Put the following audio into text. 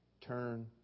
turn